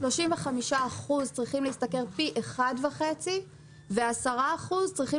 35% צריכים להשתכר פי 1.5 ו-10% צריכים